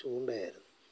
ചൂണ്ടയായിരുന്നു